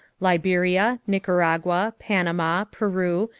liberia, nicaragua, panama, peru,